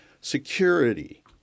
security